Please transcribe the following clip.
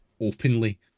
openly